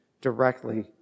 directly